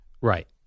Right